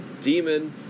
demon